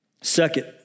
second